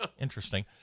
Interesting